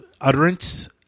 utterance